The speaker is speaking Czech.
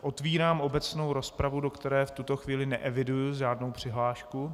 Otvírám obecnou rozpravu, do které v tuto chvíli neeviduji žádnou přihlášku.